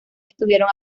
estuvieron